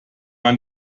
man